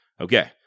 Okay